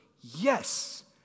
Yes